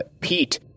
Pete